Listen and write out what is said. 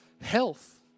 health